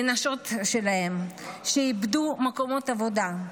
הנשים שלהם, שאיבדו מקומות עבודה?